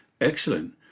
Excellent